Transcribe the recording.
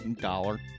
dollar